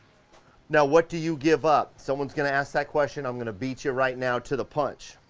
now, what do you give up? someone's gonna ask that question, i'm gonna beat you right now to the punch.